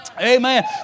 Amen